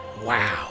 wow